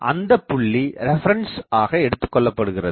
அந்த புள்ளி ரெபரன்ஸ் ஆக எடுத்துக்கொள்ளப்படுகிறது